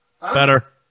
Better